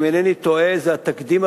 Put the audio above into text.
ואם אינני טועה זה תקדים,